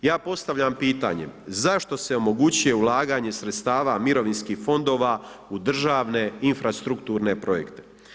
Ja postavljam pitanje, zašto se omogućuje ulaganje sredstava mirovinskih fondova u državne infrastrukturne projekte?